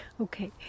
Okay